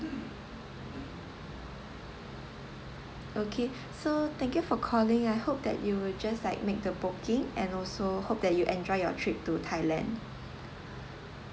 okay so thank you for calling I hope that you will just like make the booking and also hope that you enjoy your trip to thailand